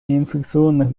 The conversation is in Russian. неинфекционных